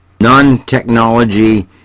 Non-technology